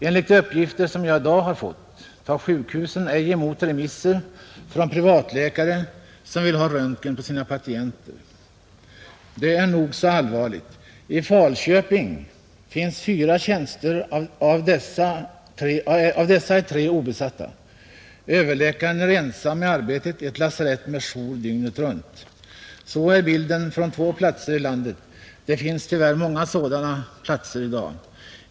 Enligt uppgifter som jag i dag har fått tar sjukhusen inte emot remisser från privatläkare som vill ha röntgen på sina patienter, Det är nog så allvarligt. I Falköping finns fyra tjänster, av dessa är tre obesatta. Överläkaren är ensam med arbetet på ett lasarett med jour dygnet runt. Sådan är bilden från två platser i landet. Det finns tyvärr många sådana platser i dag.